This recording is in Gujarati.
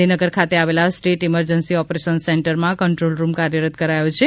ગાંધીનગર ખાતે આવેલા સ્ટેટ ઇમરજન્સી ઓપરેશન સેન્ટરમાં કંટ્રોલ રૂમ કાર્યરત કરાયો છે